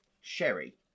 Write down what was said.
Sherry